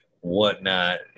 whatnot